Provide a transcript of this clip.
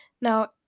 Now